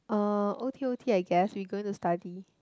uh o_t_o_t I guess we going to study